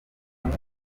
muri